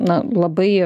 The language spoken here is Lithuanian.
na labai